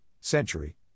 century